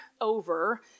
over